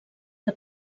que